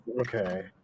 okay